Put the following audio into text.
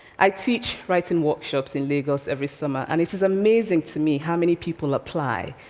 i teach writing workshops in lagos every summer, and it is amazing to me how many people apply,